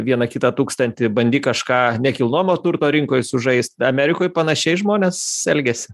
vieną kitą tūkstantį bandyk kažką nekilnojamo turto rinkoj sužaist amerikoj panašiai žmonės elgiasi